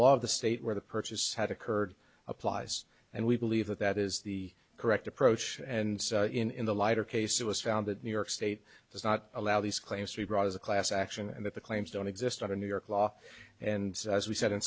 law of the state where the purchase had occurred applies and we believe that that is the correct approach and in the lighter case it was found that new york state does not allow these claims to be brought as a class action and that the claims don't exist under new york law and as we said in